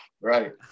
right